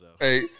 Hey